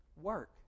work